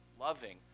loving